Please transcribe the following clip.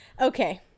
okay